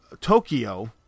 Tokyo